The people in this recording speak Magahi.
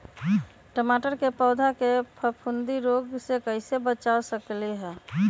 टमाटर के पौधा के फफूंदी रोग से कैसे बचा सकलियै ह?